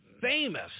famous